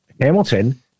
Hamilton